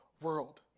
world